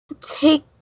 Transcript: take